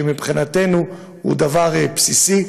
שמבחינתנו הוא דבר בסיסי.